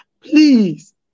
please